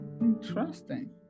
interesting